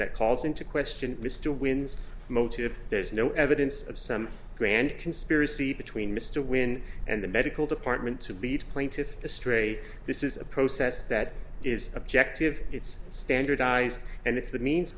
that calls into question mr wins motive there's no evidence of some grand conspiracy between mr wynn and the medical department to beat plaintiffs astray this is a process that is objective it's standardized and it's the means